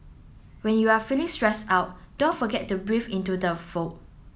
when you are feeling stressed out don't forget to breathe into the void